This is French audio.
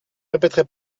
répéterai